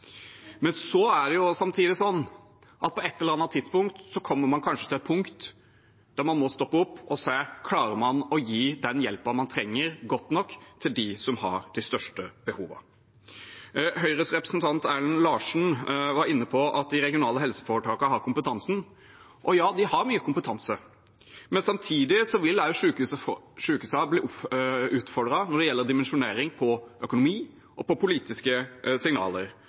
Samtidig kommer man kanskje på et eller annet tidspunkt til et punkt der man må stoppe opp og spørre: Klarer man å gi den hjelpen folk trenger, godt nok til dem som har de største behovene? Høyres representant Erlend Larsen var inne på at de regionale helseforetakene har kompetansen. Ja, de har mye kompetanse. Men samtidig vil sykehusene bli utfordret på dimensjonering, på økonomi og på politiske signaler. Som representanten også var inne på, er det slik at vi, regjering og storting, sitter med det politiske